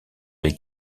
les